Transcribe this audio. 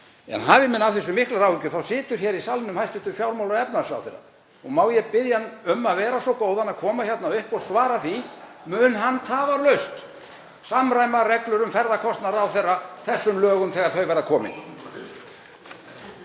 En hafi menn af þessu miklar áhyggjur þá situr hér í salnum hæstv. fjármála- og efnahagsráðherra. Má ég biðja hann um að vera svo góðan að koma hingað upp og svara því: Mun hann tafarlaust samræma reglur um ferðakostnað ráðherra þessum lögum þegar þau verða komin?